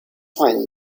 find